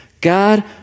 God